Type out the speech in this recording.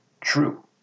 true